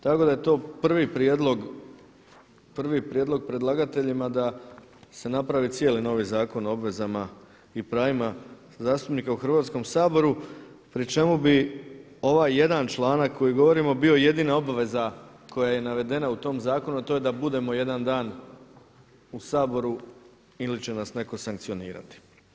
Tako da je to prvi prijedlog predlagateljima da se napravi cijeli novi Zakon o obvezama i pravima zastupnika u Hrvatskom saboru pri čemu bi ovaj jedan članak koji govorimo bio jedina obveza koja je i navedena u tom zakonu a to je da budemo jedan dan u Saboru ili će nas netko sankcionirati.